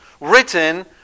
written